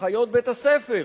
אחיות בית-הספר.